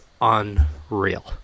unreal